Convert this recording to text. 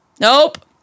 nope